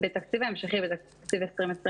התקציב ההמשכי של 2020,